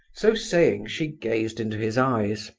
so saying she gazed into his eyes,